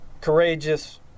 courageous